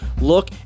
look